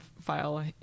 file